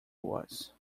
was